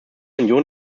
union